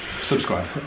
Subscribe